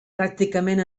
pràcticament